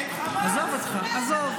עזוב אותך, עזוב.